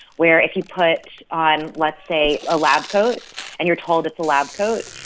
where if you put on, let's say, a lab coat and you're told it's a lab coat.